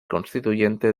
constituyente